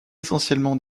essentiellement